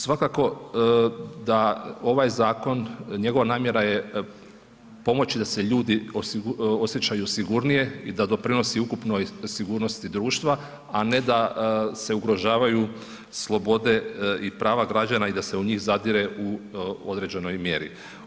Svakako, da ovaj zakon, njegova namjera je pomoći da se ljudi osjećaju sigurnije i da doprinosi ukupnoj sigurnosti društva, a ne da se ugrožavaju slobode i prava građana i da se u njih zadire u određenoj mjeri.